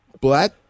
black